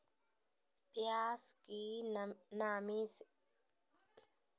प्यास की नामी से बचने के लिए भगवान में कितना दिन रख सकते हैं?